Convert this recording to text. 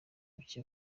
buke